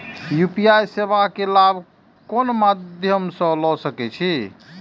UPI सेवा के लाभ कोन मध्यम से ले सके छी?